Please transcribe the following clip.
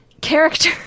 character